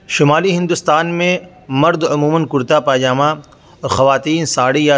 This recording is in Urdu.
شمالی ہندوستان میں مرد عموماً کرتا پائجامہ اور خواتین ساڑی یا